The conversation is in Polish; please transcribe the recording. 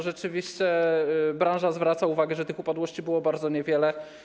Rzeczywiście branża zwraca uwagę, że tych upadłości było bardzo niewiele.